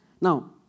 Now